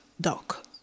Doc